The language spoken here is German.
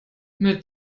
mit